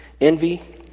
envy